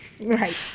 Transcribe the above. right